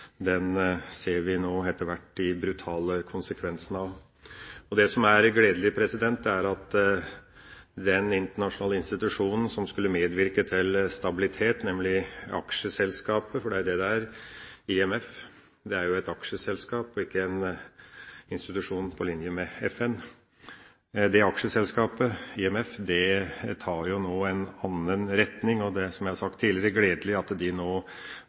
den internasjonale institusjonen som skulle medvirke til stabilitet, nemlig aksjeselskapet IMF – for det er det det er. Det er et aksjeselskap og ikke en institusjon på linje med FN. Det aksjeselskapet, IMF, går nå i en annen retning. Det er, som jeg har sagt tidligere, gledelig at de nå